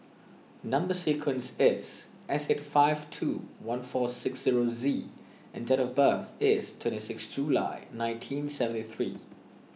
Number Sequence is S eight five two one four six zero Z and date of birth is twenty six July nineteen seventy three